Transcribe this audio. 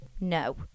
No